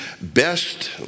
best